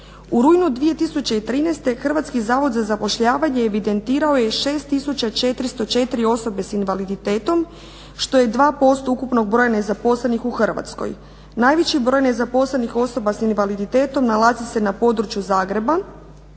U rujnu 2013. Hrvatski zavod za zapošljavanje evidentirao je 6404 osobe sa invaliditetom što je 2% ukupnog broja nezaposlenih u Hrvatskoj. Najveći broj nezaposlenih osoba sa invaliditetom nalazi se na području Zagreba